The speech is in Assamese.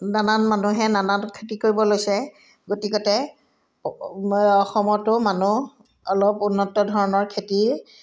নানান মানুহে নানান খেতি কৰিব লৈছে গতিকতে অসমতো মানুহ অলপ উন্নত ধৰণৰ খেতি